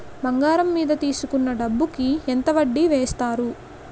బంగారం మీద తీసుకున్న డబ్బు కి ఎంత వడ్డీ వేస్తారు?